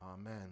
Amen